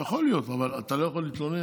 יכול להיות, אבל אתה לא יכול להתלונן,